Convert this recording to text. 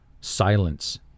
silence